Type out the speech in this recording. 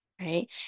right